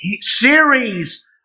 series